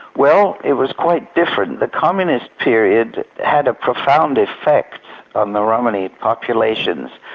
well it was quite different. the communist period had a profound effect on the romany populations.